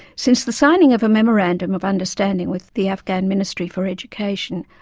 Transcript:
since the signing of a memorandum of understanding with the afghan ministry for education,